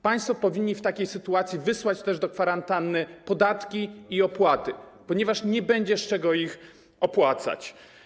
Państwo powinni w takiej sytuacji wysłać też do kwarantanny podatki i opłaty, ponieważ nie będzie z czego ich opłacać.